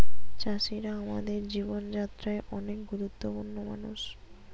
চাষিরা আমাদের জীবন যাত্রায় অনেক গুরুত্বপূর্ণ মানুষ